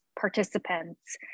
participants